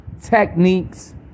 techniques